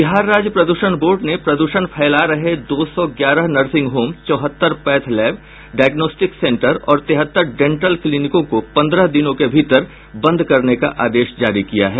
बिहार राज्य प्रदूषण बोर्ड ने प्रदूषण फैला रहे दो सौ ग्यारह नर्सिंग होम चौहत्तर पैथोलैब डायग्नोस्टिक सेंटर और तिहत्तर डेंटल क्लीनिकों को पंद्रह दिनों के भीतर बंद करने का आदेश जारी किया है